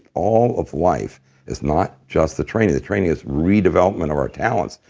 all of life is not just the training. the training is redevelopment of our talents,